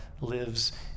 lives